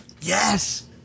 Yes